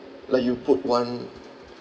like you put one